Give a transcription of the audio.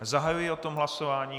Zahajuji o tom hlasování.